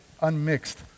unmixed